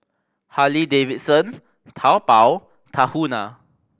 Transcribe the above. Harley Davidson Taobao Tahuna